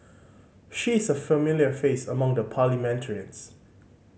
she is a familiar face among the parliamentarians